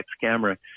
camera